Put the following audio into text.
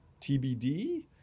TBD